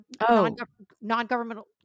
non-governmental